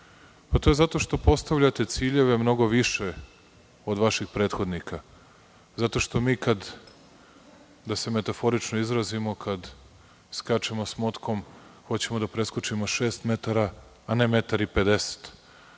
To je zato što postavljate ciljeve mnogo više od vaših prethodnika. Zato što mi, da se metaforično izrazimo, kada skačemo sa motkom, hoćemo da preskočimo šest metara, a ne metar